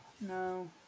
no